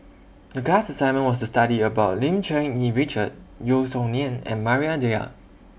The class assignment was to study about Lim Cherng Yih Richard Yeo Song Nian and Maria Dyer